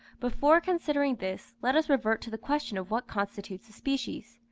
before considering this, let us revert to the question of what constitutes a species.